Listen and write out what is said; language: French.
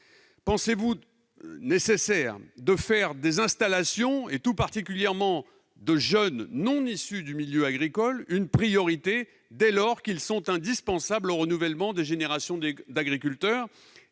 Jugez-vous nécessaire de faire des installations, tout particulièrement celles de jeunes non issus du milieu agricole, une priorité, dès lors qu'elles sont indispensables au renouvellement des générations d'agriculteurs ?